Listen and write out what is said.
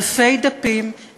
אלפי דפים,